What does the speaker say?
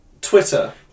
Twitter